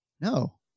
No